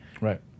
Right